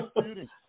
students